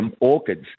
orchids